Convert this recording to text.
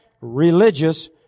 religious